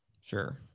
sure